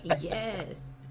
Yes